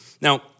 Now